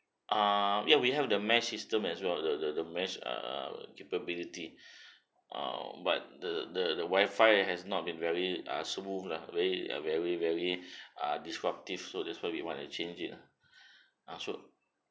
ah ya we have the mesh system as well the the the mesh err capability err but the the the wifi has not been very uh smooth lah very uh very very ah disruptive so that's why we want to change it lah ah so